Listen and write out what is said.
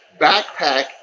backpack